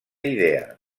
idea